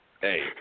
Hey